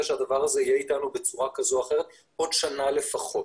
שהדבר הזה יהיה איתנו בצורה כזאת או אחרת עוד שנה לפחות.